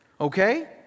okay